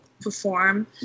perform